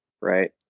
right